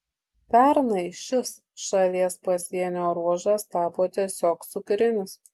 pernai šis šalies pasienio ruožas tapo tiesiog cukrinis